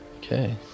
Okay